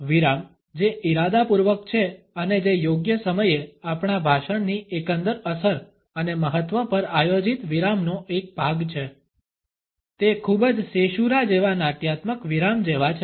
વિરામ જે ઇરાદાપૂર્વક છે અને જે યોગ્ય સમયે આપણા ભાષણની એકંદર અસર અને મહત્વ પર આયોજિત વિરામનો એક ભાગ છે તે ખૂબ જ સેશૂરા જેવા નાટ્યાત્મક વિરામ જેવા છે